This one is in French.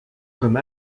comme